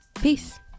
Peace